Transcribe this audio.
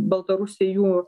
baltarusiai jų